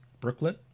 Brooklyn